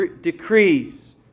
decrees